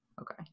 Okay